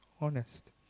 Honest